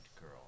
girl